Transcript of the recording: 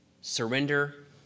surrender